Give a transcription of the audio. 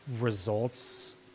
results